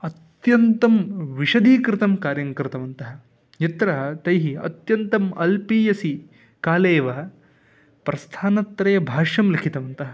अत्यन्तं विषदीकृतं कार्यं कृतवन्तः यत्र तैः अन्त्यन्तम् अल्पीयसि कालेव प्रस्थानत्रयं भाष्यं लिखितवन्तः